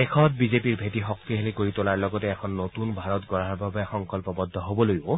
দেশত বিজেপিৰ ভেঁটি শক্তিশালী কৰি তোলাৰ লগতে এখন নতুন ভাৰত গঢ়াৰ বাবে সংকল্পবদ্ধ হ'বলৈও